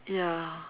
ya